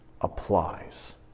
applies